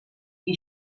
qui